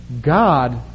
God